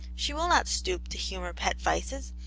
she will not stoop to humour pet vices,